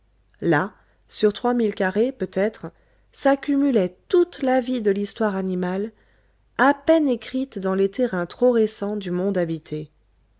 là sur trois milles carrés peut-être s'accumulait toute la vie de l'histoire animale à peine écrite dans les terrains trop récents du monde habité